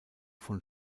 von